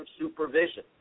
supervision